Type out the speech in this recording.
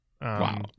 Wow